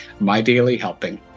MyDailyHelping